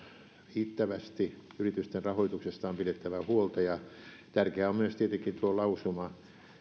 riittävästi yritysten rahoituksesta on pidettävä huolta ja tärkeä on tietenkin myös tuo lausuma jossa